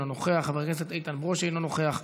אינו נוכח,